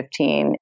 2015